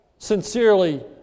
sincerely